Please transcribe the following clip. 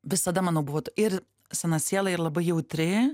visada manau buvo ir sena siela ir labai jautri